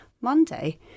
Monday